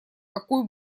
какой